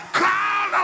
call